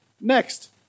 Next